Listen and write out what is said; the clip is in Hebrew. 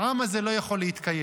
העם הזה לא יכול להתקיים.